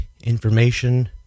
information